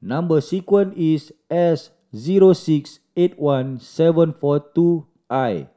number sequence is S zero six eight one seven four two I